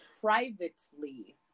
privately